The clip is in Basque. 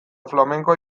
flamenkoa